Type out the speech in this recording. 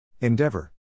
Endeavor